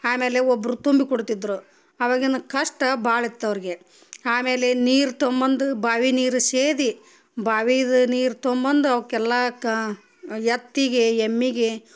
ಆಮೇಲೆ ಒಬ್ರು ತುಂಬಿ ಕೊಡ್ತಿದ್ರು ಆವಾಗಿನ ಕಷ್ಟ ಭಾಳ ಇತ್ತು ಅವ್ರ್ಗೆ ಆಮೇಲೆ ನೀರು ತಗೊಂಬಂದು ಬಾವಿ ನೀರು ಸೇದಿ ಬಾವಿದ ನೀರು ತಗೊಂಬಂದು ಅವ್ಕೆಲ್ಲಾ ಕಾ ಯತ್ತಿಗೆ ಎಮ್ಮಿಗೆ